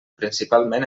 principalment